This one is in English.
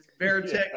Veritech